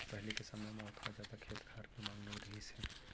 पहिली के समय म ओतका जादा खेत खार के मांग नइ रहिस हे